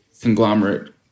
conglomerate